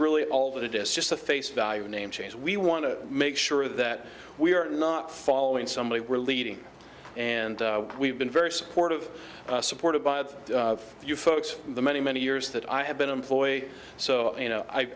really all that it is just a face value name change we want to make sure that we are not following somebody we're leading and we've been very supportive supported by the you folks the many many years that i have been employ so you know i